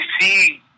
see